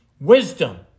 Wisdom